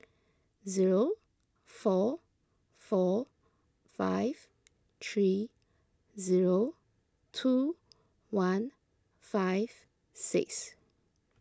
zero four four five three zero two one five six